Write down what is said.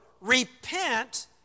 repent